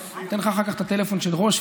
אני אתן לך אחר כך את הטלפון של רושפלד,